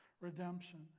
Redemption